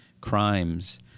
crimes